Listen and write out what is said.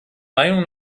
meinung